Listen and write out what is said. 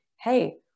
Hey